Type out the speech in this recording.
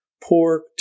pork